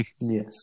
yes